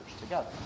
together